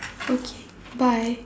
okay bye